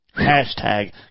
Hashtag